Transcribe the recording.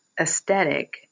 aesthetic